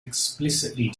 explicitly